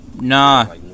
Nah